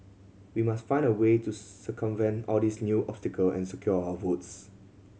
we must find a way to circumvent all these new obstacle and secure our votes